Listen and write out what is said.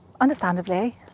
understandably